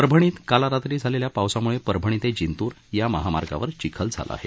परभणीत काल रात्री झालेल्या पावसाम्ळे परभणी ते जिंतूर या महामार्गावर चिखल झाला आहे